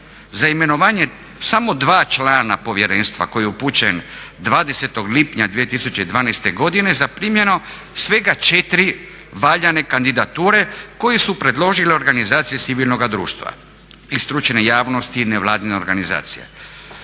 za imenovanje samo dva člana povjerenstva koji je upućen 20. lipnja 2012. godine zaprimljeno svega 4 valjane kandidature koje su predložile organizacije civilnoga društva i stručne javnosti, nevladine organizacije.